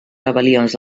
rebel·lions